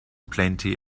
plenty